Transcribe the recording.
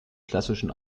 klassischen